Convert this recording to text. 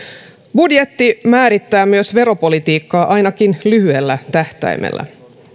budjetti määrittää myös veropolitiikkaa ainakin lyhyellä tähtäimellä